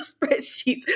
spreadsheets